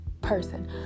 person